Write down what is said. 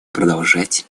продолжать